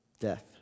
death